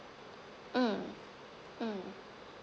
mm mm